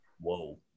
Whoa